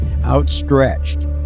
outstretched